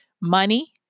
money